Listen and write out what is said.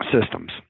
systems